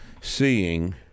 seeing